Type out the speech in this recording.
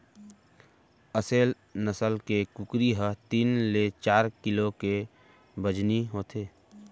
असेल नसल के कुकरी ह तीन ले चार किलो के बजनी होथे